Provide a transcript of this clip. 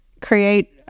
create